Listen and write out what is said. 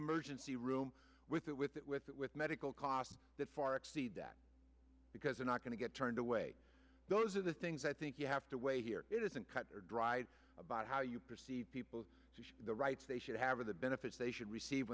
emergency room with that with that with that with medical costs that far exceed that because you're not going to get turned away those are the things i think you have to weigh here it isn't cut or dried about how you perceive people the rights they should have or the benefits they should receive